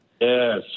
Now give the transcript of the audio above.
Yes